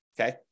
okay